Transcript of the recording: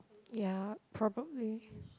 ya probably